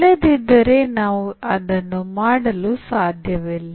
ಇಲ್ಲದಿದ್ದರೆ ನಾವು ಅದನ್ನು ಮಾಡಲು ಸಾಧ್ಯವಿಲ್ಲ